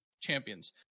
champions